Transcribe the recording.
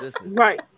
right